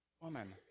woman